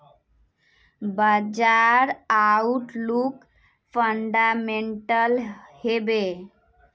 बाजार outlook fundamental हैवै?